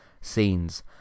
scenes